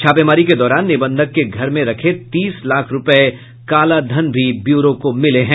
छापेमारी के दौरान निबंधक के घर में रखे तीस लाख रुपये कालाधन भी ब्यूरो को मिले हैं